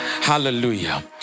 Hallelujah